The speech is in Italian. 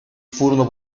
furono